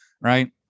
Right